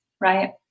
right